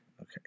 Okay